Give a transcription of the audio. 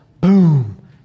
boom